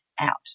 out